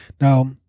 Now